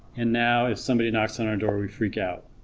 and now if somebody knocks on our door we freak out